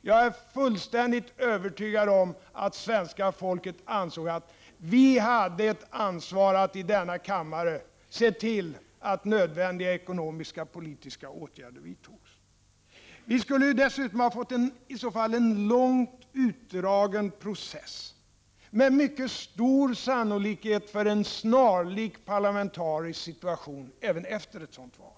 Jag är fullständigt övertygad om att svenska folket ansåg att vi i denna kammare hade ett ansvar att se till att nödvändiga ekonomiska och politiska åtgärder vidtogs. Vi skulle dessutom i så fall ha fått en långt utdragen process, med en mycket stor sannolikhet för en parlamentarisk situation snarlik den nuvarande även efter ett sådant val.